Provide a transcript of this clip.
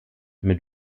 mit